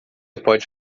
pode